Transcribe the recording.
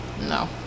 no